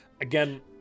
again